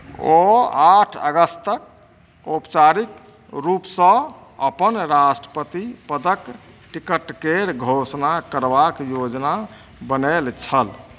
ओ आठ अगस्तक औपचारिक रूपसँ अपन राष्ट्रपति पदक टिकटके घोषणा करबाक योजना बनायल छल